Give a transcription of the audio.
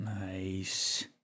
Nice